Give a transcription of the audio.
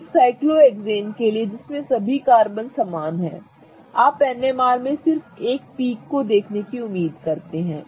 एक साइक्लोहेक्सेन के लिए जिसमें सभी कार्बन समान हैं आप NMR में सिर्फ एक पीक को देखने की उम्मीद करते हैं